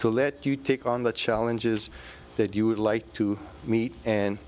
to let you take on the challenges that you would like to meet and